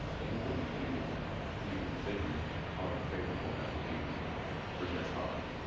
influence you to make a decision however favorable that would be for their cause.